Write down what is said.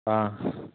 ஆ